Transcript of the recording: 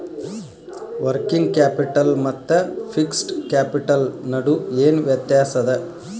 Working capital ಮತ್ತ fixed capital ನಡು ಏನ್ ವ್ಯತ್ತ್ಯಾಸದ?